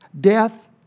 Death